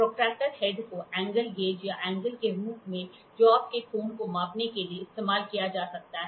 protractor head को angle gauge या angle के रूप में जॉब के कोण को मापने के लिए इस्तेमाल किया जा सकता है